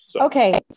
Okay